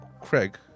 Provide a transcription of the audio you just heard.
Craig